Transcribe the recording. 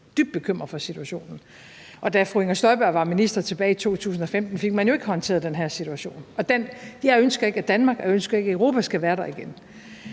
– dybt bekymret for situationen! Da fru Inger Støjberg var minister tilbage i 2015, fik man jo ikke håndteret den her situation. Jeg ønsker ikke, at Danmark skal være der igen,